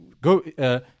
go